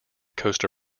costa